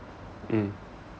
mm